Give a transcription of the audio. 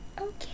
Okay